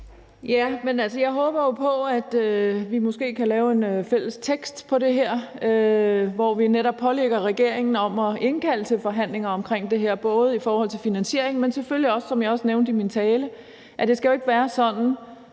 jeg håber jo på, at vi måske kan lave en fælles tekst om det her, hvor vi netop pålægger regeringen at indkalde til forhandlinger om det her. Det gælder i forhold til finansiering, men som jeg også nævnte i min tale, skal det selvfølgelig ikke være sådan,